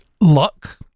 luck